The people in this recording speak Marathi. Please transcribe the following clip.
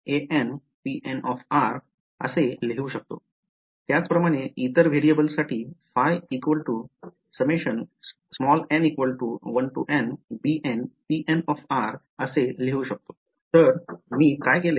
त्याचप्रमाणे इतर व्हेरिएबल साठी तर मी काय केले